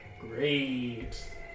Great